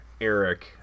Eric